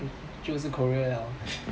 就是 korea liao